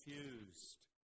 confused